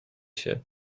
się